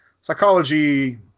Psychology